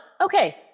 okay